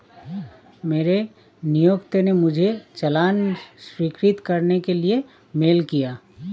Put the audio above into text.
मेरे नियोक्ता ने मुझे चालान स्वीकृत करने के लिए मेल किया